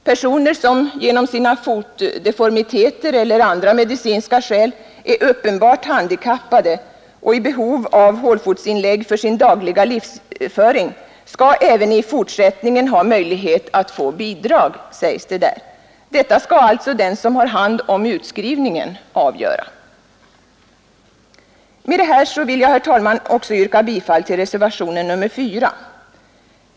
Personer som genom fotdeformiteter eller av andra medicinska skäl är uppenbart handikappade och i behov av hålfotsinlägg för sin dagliga livsföring bör även i fortsättningen ha möjlighet att få bidrag, sägs det där. Detta skall alltså den som har hand om utskrivningen avgöra. Med dessa ord vill jag, herr talman, yrka bifall också till reservationen nr 4.